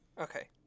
Okay